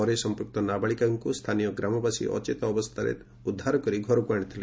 ପରେ ସମ୍ମୁକ୍ତ ନାବାଳିକାଙ୍କୁ ସ୍ରାନୀୟ ଗ୍ରାମବାସୀ ଅଚେତ ଅବସ୍ତାରେ ଉଦ୍ଧାର କରି ଘରକୁ ଆଶିଥିଲେ